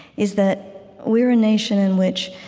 is that we're a nation in which,